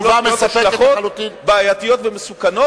ועלולות להיות השלכות בעייתיות ומסוכנות.